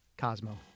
Cosmo